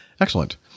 excellent